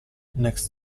next